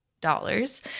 dollars